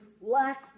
lack